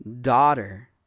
Daughter